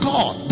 God